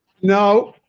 no,